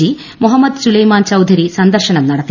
ജീ മൊഹമ്മദ് സുലൈമാൻ ചൌധരി സന്ദർശനം നടത്തി